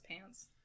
pants